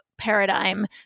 paradigm